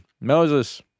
Moses